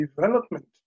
development